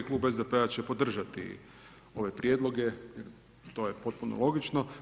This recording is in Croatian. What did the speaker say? Klub SDP-a će podržati ove prijedloge, to je potpuno logično.